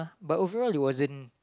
but overall it wasn't